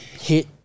hit